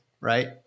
right